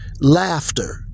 Laughter